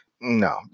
No